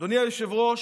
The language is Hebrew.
אדוני היושב-ראש,